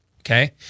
Okay